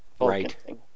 Right